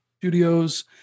studios